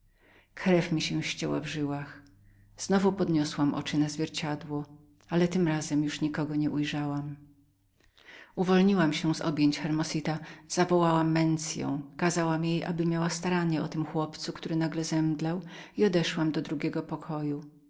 krew mi się ścisnęła w żyłach znowu podniosłam oczy na zwierciadło ale tym razem nic nie ujrzałam wszystko znikło wyrwałam się z rąk hermosita zawołałam mensię kazałam jej aby miała staranie o tym chłopcu który nagle zemdlał i odeszłam do moich pokojów